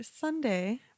sunday